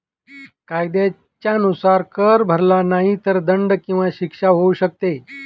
कायद्याच्या नुसार, कर भरला नाही तर दंड किंवा शिक्षा होऊ शकते